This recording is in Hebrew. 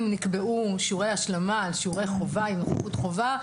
נקבעו שיעורי השלמה על שיעורי חובה עם נוכחות חובה,